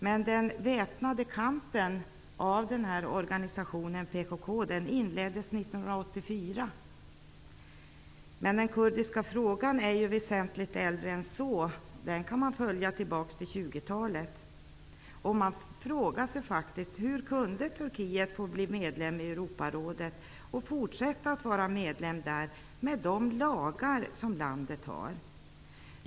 Men PKK:s väpnade kamp inleddes 1984, och den kurdiska frågan är väsentligt äldre än så -- den kan man följa tillbaka till 20-talet. Hur kunde Turkiet få bli medlem i Europarådet och fortsätta att vara medlem där, med de lagar som landet har?